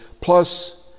Plus